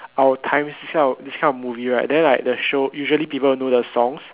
our times this kind of this kind of movie right then like the show usually people will know the songs